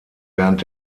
während